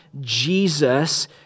Jesus